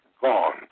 gone